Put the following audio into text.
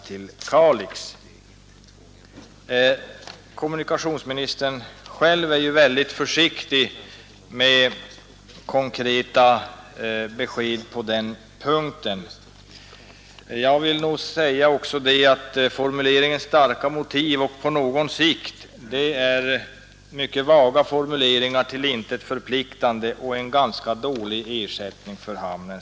Men kommunikationsministern är själv väldigt försiktig med konkreta besked på den punkten. Uttrycken ”starka motiv” och ”på någon sikt” är mycket vaga och till intet förpliktande, och vad som föreslås är en ganska dålig ersättning för hamnen.